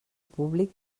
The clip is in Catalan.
públic